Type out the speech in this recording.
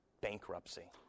bankruptcy